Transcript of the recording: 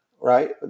right